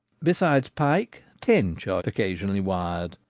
besides pike, tench are occasionally wired,